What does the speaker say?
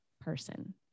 person